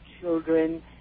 children